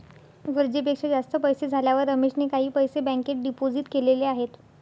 गरजेपेक्षा जास्त पैसे झाल्यावर रमेशने काही पैसे बँकेत डिपोजित केलेले आहेत